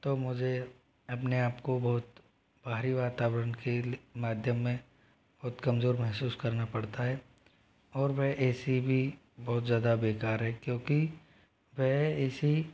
तो मुझे अपने आप को बहुत बाहरी वातावरण के माध्यम में बहुत कमजोर महसूस करना पड़ता है और वह ए सी भी बहुत ज़्यादा बेकार है क्योंकि वह ए सी